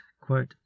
quote